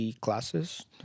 classes